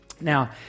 Now